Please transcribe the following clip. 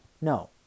No